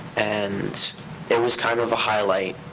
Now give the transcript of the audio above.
and it was kind of a highlight.